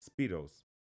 speedos